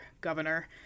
governor